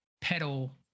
pedal